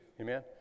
Amen